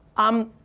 i'm,